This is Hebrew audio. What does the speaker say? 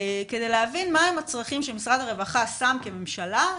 כדי להבין מהם הצרכים שמשרד הרווחה שם כממשלה,